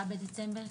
ואחרי 7 בדצמבר?